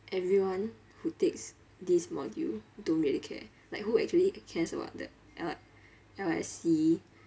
everyone who takes this module don't really care like who actually cares about the L what L_S_E